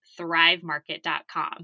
ThriveMarket.com